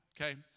okay